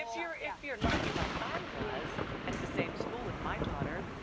if you're if you're lucky like i was at the same school with my daughter,